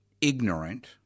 ignorant